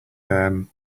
them